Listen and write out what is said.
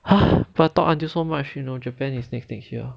talk until so much you know Japan is next next year